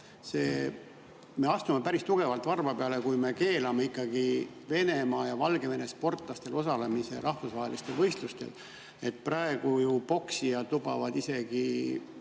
et me astume päris tugevalt varba peale, kui me keelame ikkagi Venemaa ja Valgevene sportlastel osalemise rahvusvahelistel võistlustel. Praegu ju poksijad lubavad isegi